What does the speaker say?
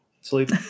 Sleep